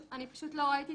אני מושקא,